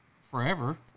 forever